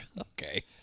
Okay